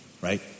right